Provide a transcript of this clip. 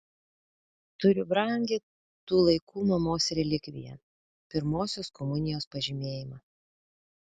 turiu brangią tų laikų mamos relikviją pirmosios komunijos pažymėjimą